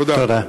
תודה.